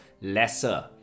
lesser